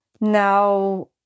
Now